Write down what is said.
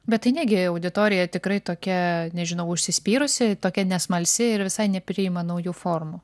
bet tai negi auditorija tikrai tokia nežinau užsispyrusi tokia nesmalsi ir visai nepriima naujų formų